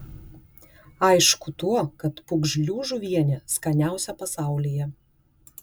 aišku tuo kad pūgžlių žuvienė skaniausia pasaulyje